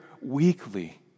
weekly